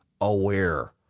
aware